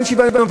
אין שוויון.